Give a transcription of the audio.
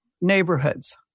neighborhoods